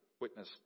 witness